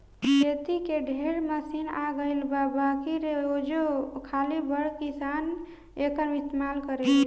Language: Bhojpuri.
खेती के ढेरे मशीन आ गइल बा बाकिर आजो खाली बड़ किसान एकर इस्तमाल करेले